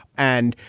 and,